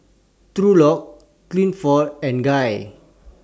Thurlow Clifford and Guy